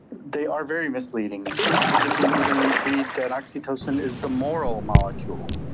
they are very misleading. sometimes you can even read that oxytocin is the moral molecule.